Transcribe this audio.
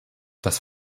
das